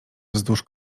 wzdłuż